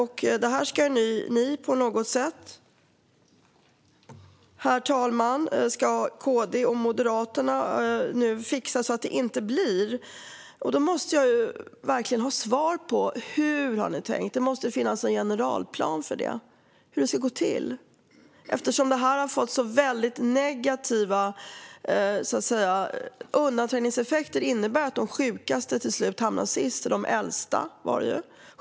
Nu, herr talman, ska KD och Moderaterna fixa så att det inte blir så. Då måste jag få svar på hur man har tänkt. Det måste finnas en generalplan för hur det ska gå till. Undanträngningseffekter innebär att de sjukaste och de äldsta till slut hamnar sist.